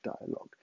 dialogue